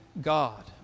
God